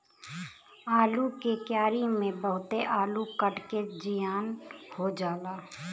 आलू के क्यारी में बहुते आलू कट के जियान हो जाला